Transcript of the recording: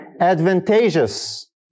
advantageous